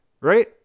right